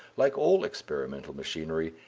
like all experimental machinery,